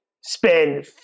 spend